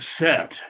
set